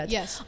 Yes